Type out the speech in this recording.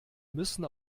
müssen